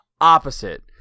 opposite